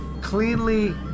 cleanly